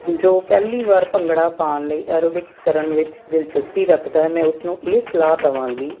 ਜੋ ਪਹਿਲੀ ਵਾਰ ਭੰਗੜਾ ਪਾਉਣ ਲਈ ਐਰੋਬਿਕਸ ਕਰਨ ਵਿੱਚ ਦਿਲਚਸਪੀ ਰੱਖਦਾ ਮੈਂ ਉਸਨੂੰ ਇਹ ਸਲਾਹ ਦੇਵਾਂਗੀ